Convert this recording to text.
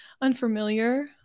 unfamiliar